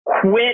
Quit